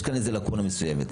יש כאן לקונה מסוימת.